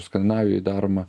skandinavijoj daroma